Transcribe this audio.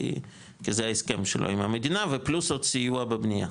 כי זה ההסכם שלו עם המדינה ופלוס עוד סיוע בבנייה.